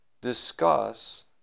discuss